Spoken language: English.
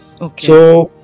Okay